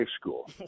School